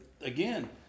again